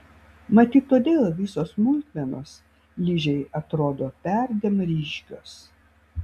matyt todėl visos smulkmenos ližei atrodo perdėm ryškios